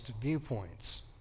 viewpoints